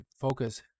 focus